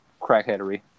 crackheadery